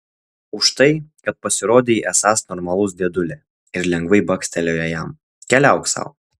už tai kad pasirodei esąs normalus dėdulė ir lengvai bakstelėjo jam keliauk sau